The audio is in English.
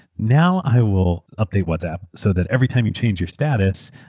now, i will update whatsapp so that every time you change your status,